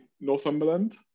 Northumberland